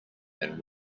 than